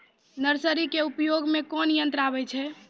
Nursery के उपयोग मे कोन यंत्र आबै छै?